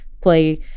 play